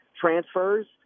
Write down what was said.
transfers